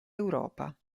europa